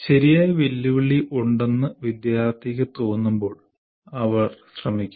ശരിയായ വെല്ലുവിളി ഉണ്ടെന്ന് വിദ്യാർത്ഥിക്ക് തോന്നുമ്പോൾ അവർ ശ്രമിക്കും